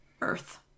Earth